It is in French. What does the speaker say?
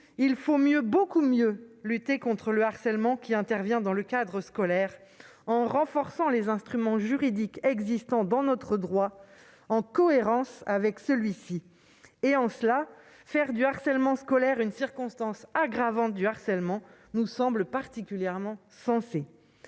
il faut mieux, beaucoup mieux lutter contre le harcèlement qui intervient dans le cadre scolaire en renforçant les instruments juridiques existant dans notre droit, en cohérence avec celui-ci. De ce point de vue, faire du harcèlement scolaire une circonstance aggravante du harcèlement nous semble particulièrement sensé.